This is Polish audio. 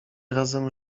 razem